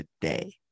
today